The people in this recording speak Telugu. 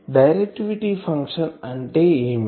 డైరెక్టివిటీ ఫంక్షన్ అంటే ఏమిటి